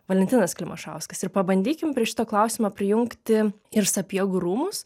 valentinas klimašauskas ir pabandykim prie šito klausimo prijungti ir sapiegų rūmus